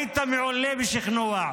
היית מעולה בשכנוע.